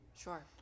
Sure